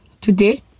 Today